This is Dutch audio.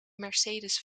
mercedes